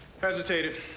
Hesitated